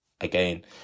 again